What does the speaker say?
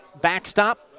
backstop